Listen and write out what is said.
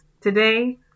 Today